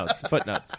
footnotes